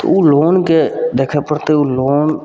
तऽ ओ लोनके देखै पड़तै ओ लोन